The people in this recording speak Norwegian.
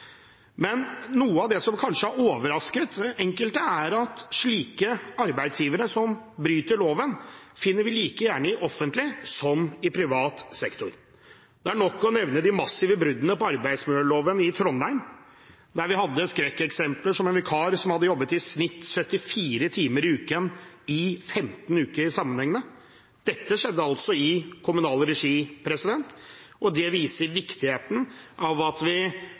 Noe av det som kanskje har overrasket enkelte, er at arbeidsgivere som bryter loven, finner vi like gjerne i offentlig som i privat sektor. Det er nok å nevne de massive bruddene på arbeidsmiljøloven i Trondheim, der vi hadde skrekkeksempler som at en vikar hadde jobbet i snitt 74 timer i uken i 15 uker sammenhengende. Dette skjedde i kommunal regi. Det viser viktigheten av å ha et bredt blikk når vi